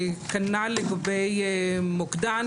כנ"ל לגבי הגדרת "מוקדן",